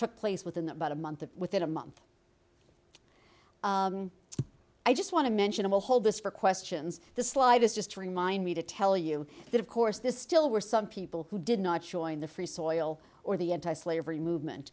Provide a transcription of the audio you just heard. took place within about a month of within a month i just want to mention i will hold this for questions the slightest just to remind me to tell you that of course this still were some people who did not showing the free soil or the anti slavery movement